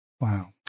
Wow